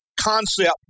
concept